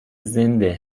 زنده